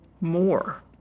more